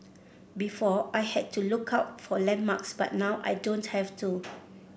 before I had to look out for landmarks but now I don't have to